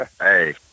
hey